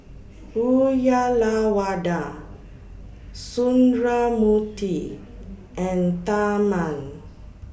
Uyyalawada Sundramoorthy and Tharman